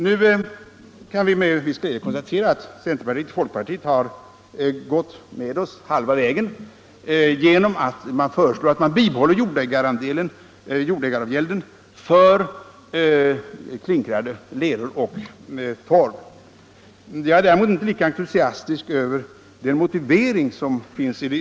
Nu kaa vi med viss glädje konstatera att folkpartiet och centerpartiet gått med oss halva vägen genom att föreslå att man skall bibehålla jordägaravgälden för klinkrande leror och torv. Jag är däremot inte lika entusiastisk över motiveringen.